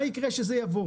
מה יקרה כשזה יבוא?